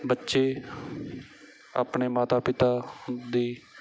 ਬੱਚੇ ਆਪਣੇ ਮਾਤਾ ਪਿਤਾ ਦੀ